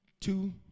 two